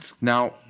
Now